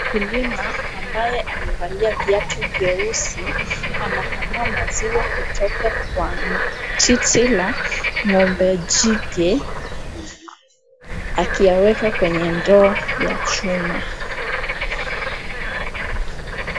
Mkulima ambaye amevalia viatu vyeusi anakamua maziwa kutoka kwa titi la ng'ombe jike akiyaweka kwenye ndoo ya chuma.